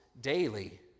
daily